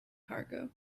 cargo